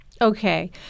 okay